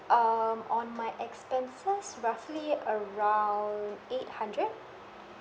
um on my expenses roughly around eight hundred